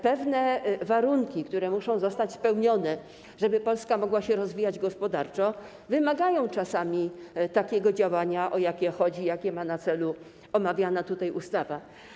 Pewne warunki, które muszą zostać spełnione, żeby Polska mogła się rozwijać gospodarczo, wymagają czasami takiego działania, jakie ma na celu omawiana tutaj ustawa.